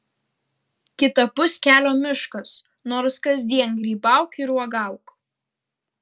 kitapus kelio miškas nors kasdien grybauk ir uogauk